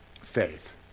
faith